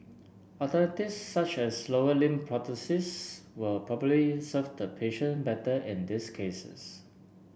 alternatives such as lower limb prosthesis will probably serve the patient better in these cases